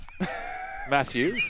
Matthew